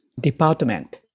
department